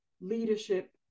leadership